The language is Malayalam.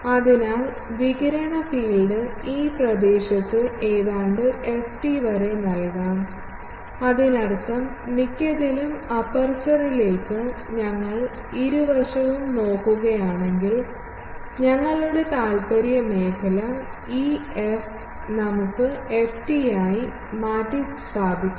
അതിനാൽ വികിരണ ഫീൽഡ് ഈ പ്രദേശത്ത് ഏതാണ്ട് ft വരെ നൽകാം അതിനർത്ഥം മിക്കതിലും അപ്പേർച്ചറിലേക്ക് ഞങ്ങൾ ഇരുവശവും നോക്കുകയാണെങ്കിൽ ഞങ്ങളുടെ താൽപ്പര്യമേഖല ഈ എഫ് നമുക്ക് ft ആയി മാറ്റിസ്ഥാപിക്കാം